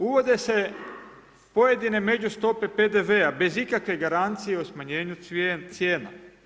Uvode se pojedine među stope PDV-a bez ikakve garancije o smanjenju cijena.